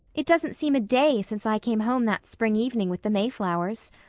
it doesn't seem a day since i came home that spring evening with the mayflowers.